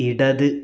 ഇടത്